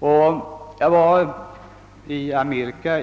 Jag besökte i höstas Amerika